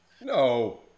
No